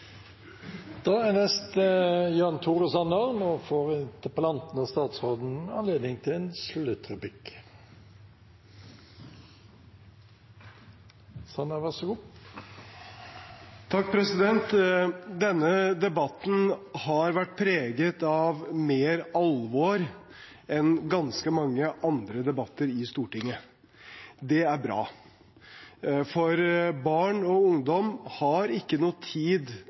Denne debatten har vært preget av mer alvor enn ganske mange andre debatter i Stortinget. Det er bra, for barn og ungdom har ikke noe tid